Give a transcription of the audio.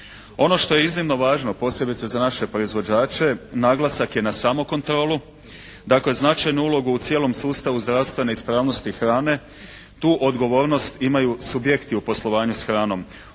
Ono što je iznimno važno posebice za naše proizvođače naglasak je na samokontrolu. Dakle, značajnu ulogu u cijelom sustavu zdravstva neispravnosti hrane tu odgovornost imaju subjekti u poslovanju s hranom.